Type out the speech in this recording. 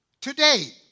today